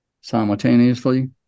simultaneously